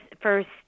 first